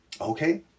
Okay